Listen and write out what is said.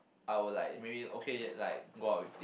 I will like maybe okay like go out with